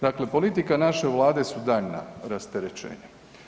Dakle, politika naše Vlade su daljnja rasterećenja.